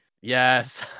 yes